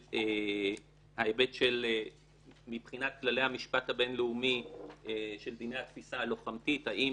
ההיבט מבחינת כללי המשפט הבינלאומי של דיני התפיסה הלוחמתית האם